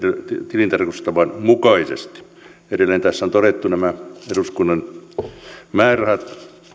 tilintarkastustavan mukaisesti edelleen tässä on todettu nämä eduskunnan määrärahat